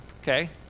okay